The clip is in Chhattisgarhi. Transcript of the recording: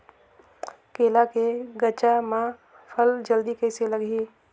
केला के गचा मां फल जल्दी कइसे लगही?